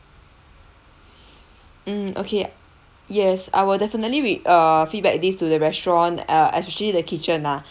mm okay yes I will definitely re~ uh feedback this to the restaurant uh especially the kitchen lah